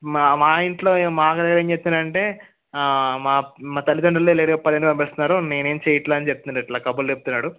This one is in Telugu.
మా మా ఇంట్లో మాకాడ ఏం చెప్తున్నాడు అంటే మా మా తల్లిదండ్రులే లేటుగా పదింటికి పంపిస్తున్నారు నేనేం చెయ్యట్లే అని చెప్తున్నాడు ఇట్లా కబుర్లు చెప్తున్నాడు